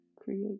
create